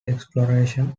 exploration